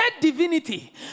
divinity